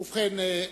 ובכן,